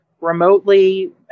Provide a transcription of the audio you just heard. remotely